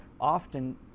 often